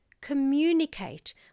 Communicate